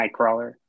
Nightcrawler